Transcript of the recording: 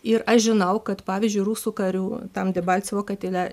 ir aš žinau kad pavyzdžiui rusų karių tam debalcevo katile